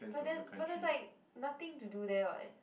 but there but there's like nothing to do there [what]